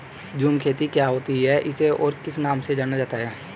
झूम खेती क्या होती है इसे और किस नाम से जाना जाता है?